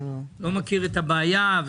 לא מכירים את הבעיה,